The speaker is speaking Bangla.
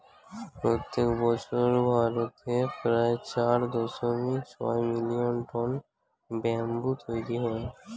প্রত্যেক বছর ভারতে প্রায় চার দশমিক ছয় মিলিয়ন টন ব্যাম্বু তৈরী হয়